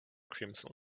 crimson